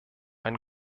ein